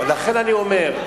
לכן אני אומר,